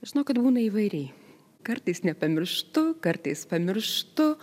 žinokit būna įvairiai kartais nepamirštu kartais pamirštu